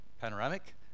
panoramic